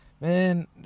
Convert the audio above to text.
Man